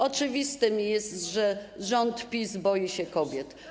Oczywiste jest, że rząd PiS boi się kobiet.